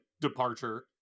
departure